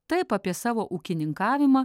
taip apie savo ūkininkavimą